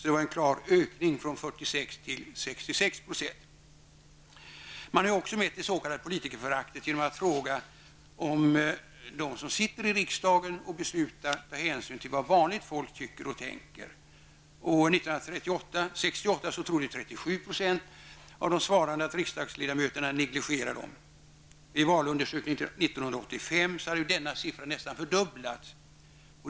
Det var en klar ökning från 46 till 66 %. Man har också mätt det s.k. politikerföraktet genom att fråga om de som sitter i riksdagen och beslutar tar hänsyn till vad vanligt folk tycker och tänker. 1968 trodde 37 % av de svarande att riksdagsledamöterna negligerade dem. I valundersökningen 1985 hade denna siffra nästan fördubblats.